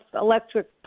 electric